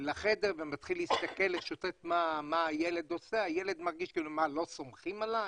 לחדר ומתחיל להסתכל מה הילד עושה והילד מרגיש כאילו 'לא סומכים עלי?'